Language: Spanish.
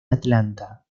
atlanta